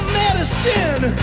medicine